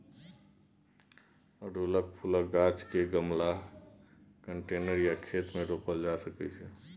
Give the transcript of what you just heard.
अड़हुल फुलक गाछ केँ गमला, कंटेनर या खेत मे रोपल जा सकै छै